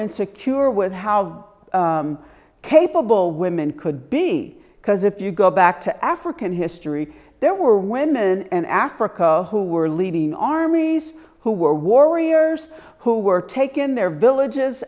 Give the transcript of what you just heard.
insecure with how capable women could be because if you go back to african history there were women and africa who were leading armies who were warriors who were taken their villages